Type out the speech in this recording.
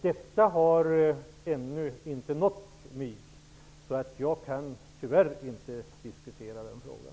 Denna fråga har ännu inte nått mig. Därför kan jag tyvärr inte diskutera den.